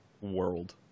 world